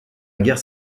guerre